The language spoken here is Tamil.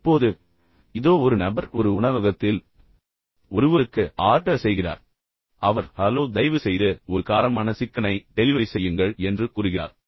இப்போது இதோ ஒரு நபர் ஒரு உணவகத்தில் ஒருவருக்கு ஆர்டர் செய்கிறார் பின்னர் அவர் ஹலோ தயவு செய்து ஒரு காரமான சிக்கனை டெலிவரி செய்யுங்கள் என்று கூறுகிறார்